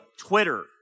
Twitter